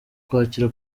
kwakira